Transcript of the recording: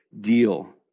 deal